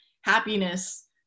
happiness